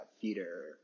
theater